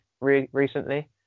recently